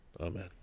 Amen